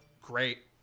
great